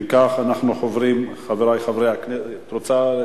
את רוצה